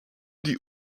die